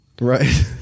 Right